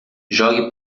jogue